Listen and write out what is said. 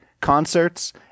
concerts